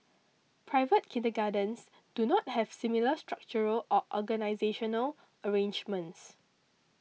private kindergartens do not have similar structural or organisational arrangements